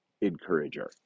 encourager